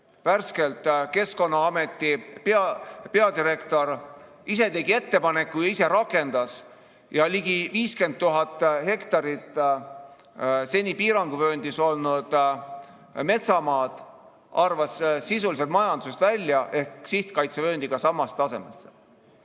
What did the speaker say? Värskelt Keskkonnaameti peadirektor ise tegi ettepaneku ja ise rakendas selle: ligi 50 000 hektarit seni piiranguvööndis olnud metsamaad arvati sisuliselt majandusest välja ehk [tõsteti] sihtkaitsevööndiga samale tasemele.